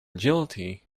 agility